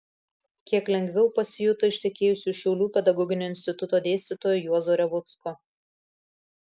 kiek lengviau pasijuto ištekėjusi už šiaulių pedagoginio instituto dėstytojo juozo revucko